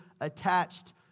attached